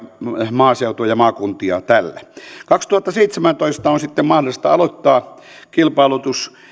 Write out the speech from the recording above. maaseutua ja maakuntia tällä vuonna kaksituhattaseitsemäntoista on sitten mahdollista aloittaa kilpailutus